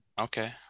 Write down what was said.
Okay